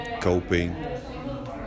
coping